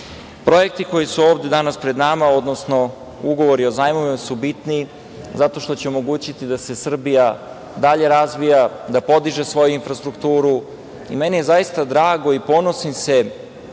džepu. Projekti koji su ovde danas pred nama, odnosno ugovori o zajmovima, su bitni zato što će omogućiti da se Srbija dalje razvija, da podiže svoju infrastrukturu. Meni je zaista drago i ponosim se